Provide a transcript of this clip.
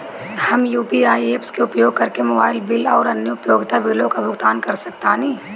हम UPI apps के उपयोग करके मोबाइल बिल आउर अन्य उपयोगिता बिलों का भुगतान कर सकतानी